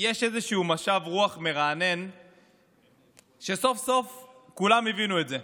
שיש איזשהו משב רוח מרענן שסוף-סוף כולם הבינו את זה,